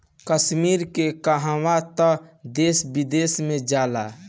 कश्मीर के कहवा तअ देश विदेश में जाला